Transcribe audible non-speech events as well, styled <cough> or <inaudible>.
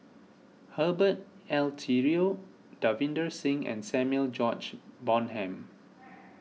Herbert Eleuterio Davinder Singh and Samuel George Bonham <noise>